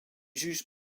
juges